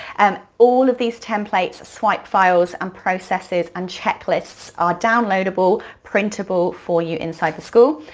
and all of these templates, swipe files, and processes and checklists are downloadable, printable for you inside the school.